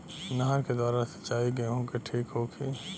नहर के द्वारा सिंचाई गेहूँ के ठीक होखि?